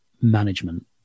management